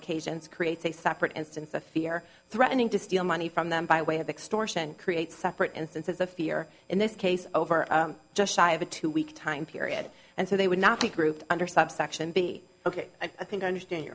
occasions creates a separate instance of fear threatening to steal money from them by way of extortion create separate instances of fear in this case over just shy of a two week time period and so they would not be grouped under subsection be ok i think i understand